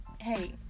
hey